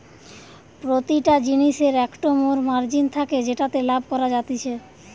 প্রতিটা জিনিসের একটো মোর মার্জিন থাকে যেটাতে লাভ করা যাতিছে